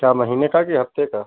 क्या महीने का कि हफ़्ते का